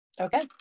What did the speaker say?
Okay